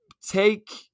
take